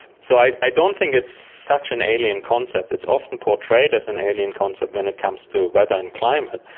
so i i don't think it's such an alien concept. it's often portrayed as an alien concept when it comes to weather and climate.